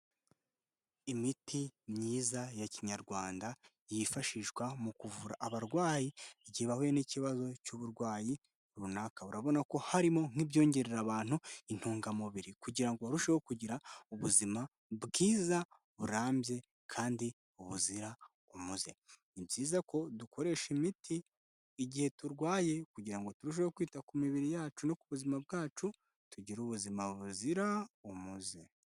Imiti myiza ya Kinyarwanda yifashishwa mu kuvura abarwayi igihe bahuye n'ikibazo cy'uburwayi runaka. Urabona ko harimo nk'ibyongerera abantu intungamubiri kugira ngo barusheho kugira ubuzima bwiza burambye kandi buzira umuze. Ni byiza ko dukoresha imiti igihe turwaye kugira ngo turusheho kwita ku mibiri yacu no ku buzima bwacu tugire ubuzima buzira umuze.